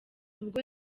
ubwo